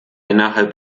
innerhalb